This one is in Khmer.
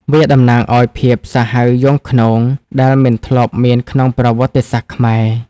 វាតំណាងឱ្យភាពសាហាវយង់ឃ្នង ដែលមិនធ្លាប់មានក្នុងប្រវត្តិសាស្ត្រខ្មែរ។